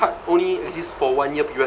card only exists for one year period